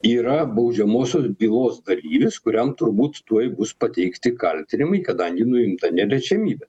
yra baudžiamosios bylos dalyvis kuriam turbūt tuoj bus pateikti kaltinimai kadangi nuimta neliečiamybė